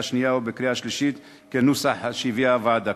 השנייה ובקריאה השלישית בנוסח שהביאה הוועדה.